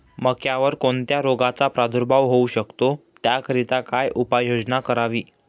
मक्यावर कोणत्या रोगाचा प्रादुर्भाव होऊ शकतो? त्याकरिता काय उपाययोजना करावी?